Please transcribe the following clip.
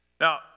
Now